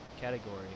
category